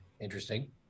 interesting